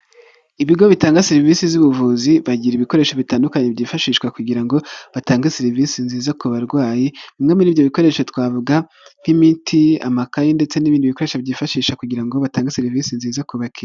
Ibigo bitanga serivisi z'ubuvuzi, bagira ibikoresho bitandukanye byifashishwa kugira ngo batange serivisi nziza ku barwayi, bimwe muri ibyo bikoresho twavuga nk'imiti, amakayi ndetse n'ibindi bikoresho byifashishwa kugira ngo batange serivisi nziza ku bakiriya.